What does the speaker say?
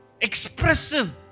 expressive